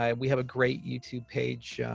um we have a great youtube page.